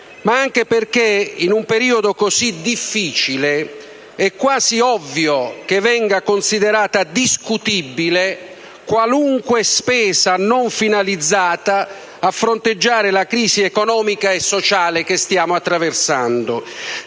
ma anche perché è quasi ovvio, in un momento difficile come questo, che venga considerata discutibile qualunque spesa non finalizzata a fronteggiare la crisi economica e sociale che stiamo attraversando.